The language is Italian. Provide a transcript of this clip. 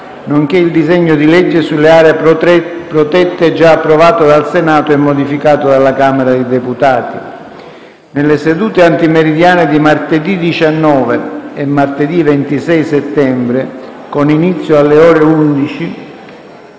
nonché il disegno di legge sulle aree protette, già approvato dal Senato e modificato dalla Camera dei deputati. Nelle sedute antimeridiane di martedì 19 e martedì 26 settembre, con inizio alle ore 11,